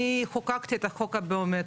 אני בטוח שתצליח בו.